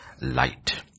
light